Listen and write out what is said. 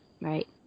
right